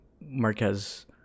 Marquez